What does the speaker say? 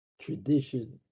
tradition